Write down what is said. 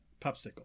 popsicle